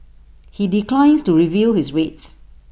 he declines to reveal his rates